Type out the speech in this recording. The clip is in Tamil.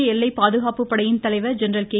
இந்திய எல்லை பாதுகாப்புப் படையின் தலைவர் ஜெனரல் கே